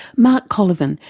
mark colyvan,